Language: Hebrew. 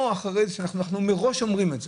אנחנו מראש אומרים את זה,